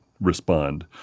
respond